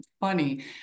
Funny